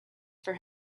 for